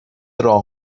راه